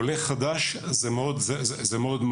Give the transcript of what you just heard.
לעולה חדש זה מהותי.